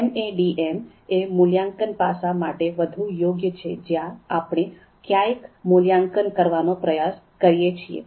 MADM એ મૂલ્યાંકન પાસા માટે વધુ યોગ્ય છે જ્યાં આપણે કંઈક મૂલ્યાંકન કરવાનો પ્રયાસ કરીએ છીએ